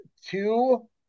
two